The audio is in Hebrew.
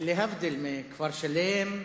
להבדיל מכפר-שלם,